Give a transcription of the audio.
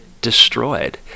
destroyed